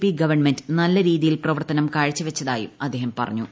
P government നല്ലരീതിയിൽ പ്രവർത്തനം കാഴ്ചവച്ചതായും അദ്ദേഹം പറഞ്ഞു